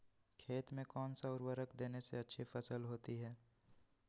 खेत में कौन सा उर्वरक देने से अच्छी फसल होती है?